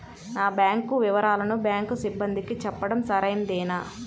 నా బ్యాంకు వివరాలను బ్యాంకు సిబ్బందికి చెప్పడం సరైందేనా?